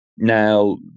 Now